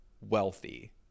wealthy